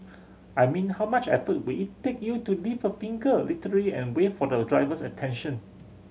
I mean how much effort would it take you to lift a finger literal and wave for the driver's attention